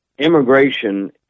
immigration